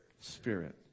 Spirit